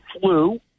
flu